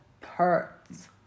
hurts